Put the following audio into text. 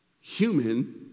human